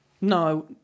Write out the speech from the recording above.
No